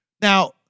Now